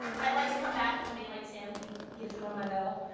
i'd like to come back one day like tim and give someone my medal.